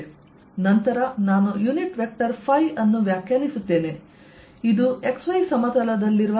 ನಂತರ ನಾನು unit vector phi ಅನ್ನು ವ್ಯಾಖ್ಯಾನಿಸುತ್ತೇನೆ ಇದು xy ಸಮತಲದಲ್ಲಿರುವ S ಯುನಿಟ್ ವೆಕ್ಟರ್ ಗೆ ಲಂಬವಾಗಿರುತ್ತದೆ